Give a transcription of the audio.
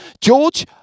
George